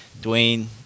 Dwayne